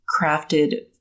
crafted